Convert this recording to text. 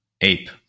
ape